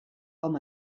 com